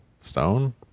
stone